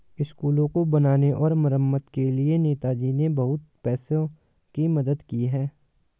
स्कूलों को बनाने और मरम्मत के लिए नेताजी ने बहुत पैसों की मदद की है